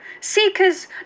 Seekers